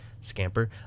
scamper